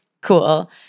cool